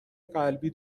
قلبی